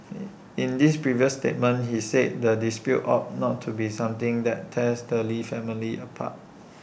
in this previous statement he said the dispute ought not to be something that tears the lee family apart